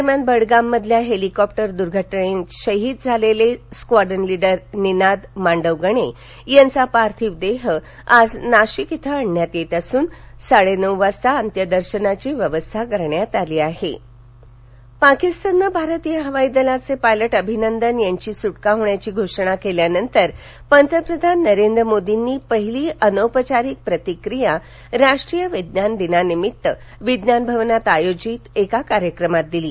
दरम्यान बडगाम मधल्या हेलीकॉप्टर दुर्घटनेत शहीद झालेले स्क्वॉड्रन लीडर नीनाद मांडवगणे यांचा पार्थिव देह आज नाशिक क्वें आणण्यात येत असून साडे नऊवाजता अत्यदर्शनाची व्यवस्था करण्यात आली आहे शांतीस्वरूप भटनागर पारितोषिक पाकिस्तानने भारतीय हवाई दलाचे पायलट अभिनंदन यांची सुटका करण्याची घोषणा केल्यानंतर पंतप्रधान नरेंद्र मोदींनी पहिली अनौपचारिक प्रतिक्रिया राष्ट्रीय विज्ञान दिनानिमित्त विज्ञान भवनात आयोजित कार्यक्रमात दिली